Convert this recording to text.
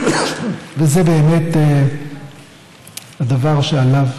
וזה באמת הדבר שעליו